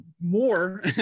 more